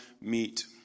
meet